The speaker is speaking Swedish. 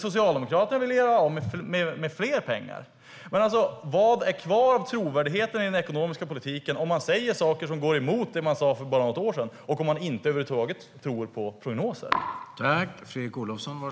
Socialdemokraterna ville göra av med mer pengar. Vad är kvar av trovärdigheten i den ekonomiska politiken om man säger saker som går emot det man sa för bara något år sedan och om man över huvud taget inte tror på prognoser?